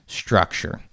structure